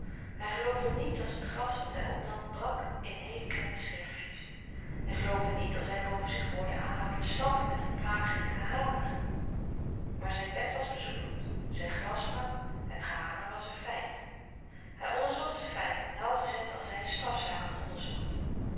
hij geloofde niet als het glas dat hij opnam brak in heele kleine scherfjes hij geloofde niet als hij boven zich hoorde aanhoudend stampen met een plagerig gehamer maar zijn bed was bezoedeld zijn glas brak het gehamer was een feit hij onderzocht die feiten nauwgezet als hij een strafzaak had onderzocht